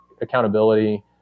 accountability